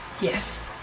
yes